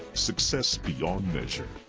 success beyond measure.